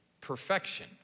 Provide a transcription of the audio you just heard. perfection